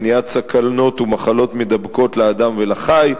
מניעת סכנות ומחלות מידבקות לאדם ולחי,